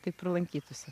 taip ir lankytųsi